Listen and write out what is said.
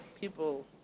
people